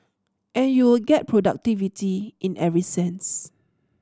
and you would get productivity in every sense